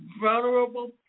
vulnerable